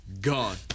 gone